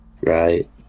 Right